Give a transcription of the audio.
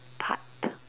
part